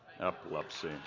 epilepsy